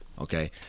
Okay